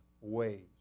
ways